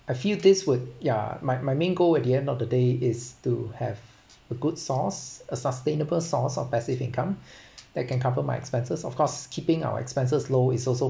a few days would yeah my my main goal at the end of the day is to have a good source a sustainable source of passive income that can cover my expenses of course keeping our expenses low is also